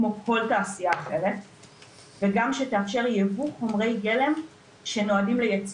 כמו כל תעשייה אחרת וגם שתאפשר ייבוא חומרי גלם שנועדו לייצור.